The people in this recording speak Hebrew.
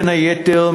בין היתר,